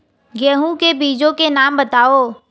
गेहूँ के बीजों के नाम बताओ?